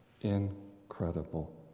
incredible